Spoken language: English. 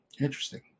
Interesting